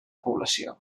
població